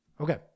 Okay